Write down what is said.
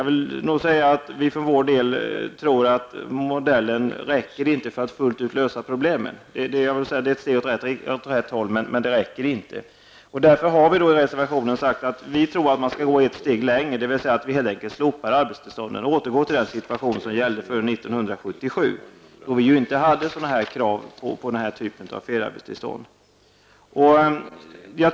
För centerpartiets del anser vi att modellen inte räcker för att fullt ut lösa problemen. Det är ett steg åt rätt håll, men det räcker inte. Därför har vi sagt i reservationen att man skall gå ett steg längre, dvs. att arbetstillstånden helt enkelt slopas och att vi återgår till den situation som gällde före år 1977, då det inte krävdes den här typen av feriearbetstillstånd.